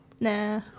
Nah